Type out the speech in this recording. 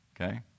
Okay